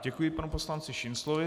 Děkuji panu poslanci Šinclovi.